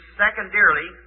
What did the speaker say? secondarily